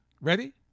ready